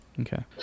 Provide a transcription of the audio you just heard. Okay